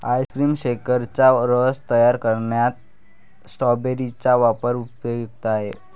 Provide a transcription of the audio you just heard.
ice cream शेकचा रस तयार करण्यात स्ट्रॉबेरी चा वापर उपयुक्त आहे